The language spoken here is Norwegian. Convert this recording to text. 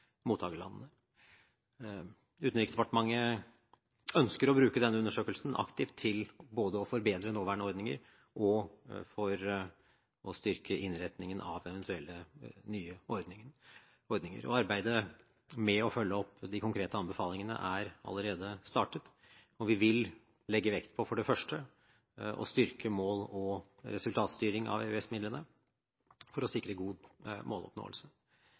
mottakerlandene. Utenriksdepartementet ønsker å bruke denne undersøkelsen aktivt til både å forbedre nåværende ordninger og styrke innretningen av eventuelle nye ordninger. Arbeidet med å følge opp de konkrete anbefalingene er allerede startet. Vi vil for det første legge vekt på å styrke mål- og resultatstyring av EØS-midlene for å sikre god måloppnåelse.